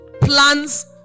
plans